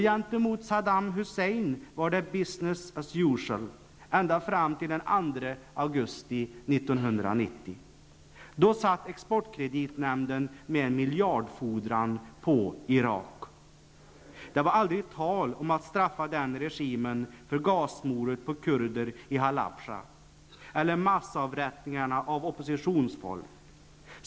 Gentemot Saddam Hussein var det ''business as usual'' ända fram till den 2 augusti 1990. Då satt exportkreditnämnden med en miljardfordran på Irak. Det var aldrig tal om att straffa den regimen för gasmordet på kurder i Halabja eller för massavrättningarna av oppositionsfolk.